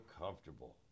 comfortable